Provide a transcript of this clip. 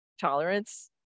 tolerance